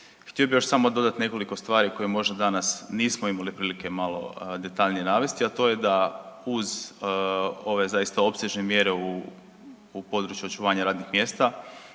Htio bih još samo dodati nekoliko stvari koje možda danas nismo imali prilike malo detaljnije navesti, a to je da uz ove zaista opsežne mjere u području očuvanja radnih mjesta